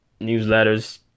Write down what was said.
newsletters